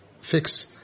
fix